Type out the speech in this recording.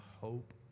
hope